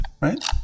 right